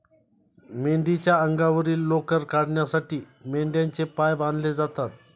मेंढीच्या अंगावरील लोकर काढण्यासाठी मेंढ्यांचे पाय बांधले जातात